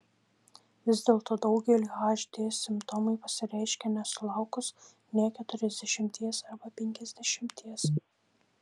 vis dėlto daugeliui hd simptomai pasireiškia nesulaukus nė keturiasdešimties arba penkiasdešimties